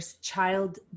child